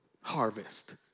harvest